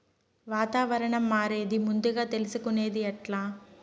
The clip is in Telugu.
వాతావరణం మారేది ముందుగా తెలుసుకొనేది ఎట్లా?